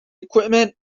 equipment